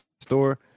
store